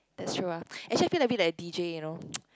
that's true ah actually I feel a bit like a D_J you know